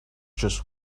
just